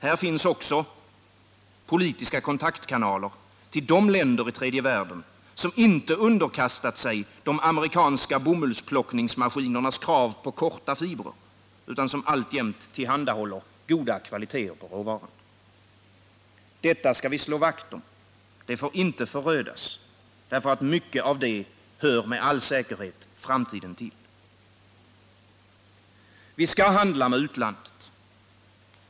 Här finns också politiska kontaktkanaler till de länder i tredje världen som inte underkastat sig de amerikanska bomullsplockningsmaskinernas krav på korta fibrer utan alltjämt tillhanda håller goda kvaliteter på råvaran. Detta skall vi slå vakt om. Det får inte förödas, därför att mycket av det hör med all säkerhet framtiden till. Vi skall handla med utlandet.